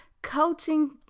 coaching